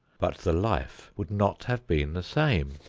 but the life would not have been the same.